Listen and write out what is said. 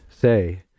say